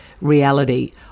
reality